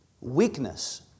weakness